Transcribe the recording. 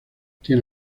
tiene